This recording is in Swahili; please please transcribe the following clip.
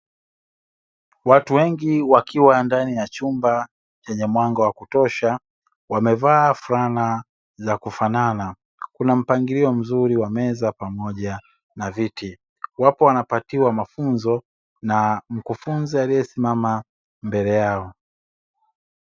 Watu wengi wakiwa ndani ya chumba chenye mwanga wa kutosha wamevaa fulana za kufanana, kuna mpangilio mzuri wa meza pamoja na viti wapo wanapatiwa mafunzo na mkufunzi aliyesimama mbele yao.